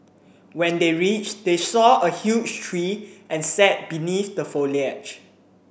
when they reached they saw a huge tree and sat beneath the foliage